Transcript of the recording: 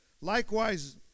Likewise